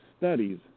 studies